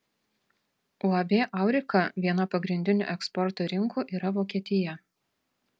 uab aurika viena pagrindinių eksporto rinkų yra vokietija